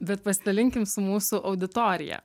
bet pasidalinkim su mūsų auditorija